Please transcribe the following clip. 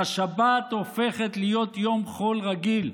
והשבת הופכת להיות יום חול רגיל,